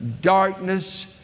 darkness